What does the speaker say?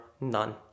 none